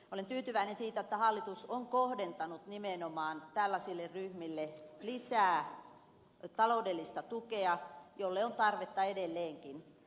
olen tyytyväinen siitä että hallitus on kohdentanut nimenomaan tällaisille ryhmille lisää taloudellista tukea jolle on tarvetta edelleenkin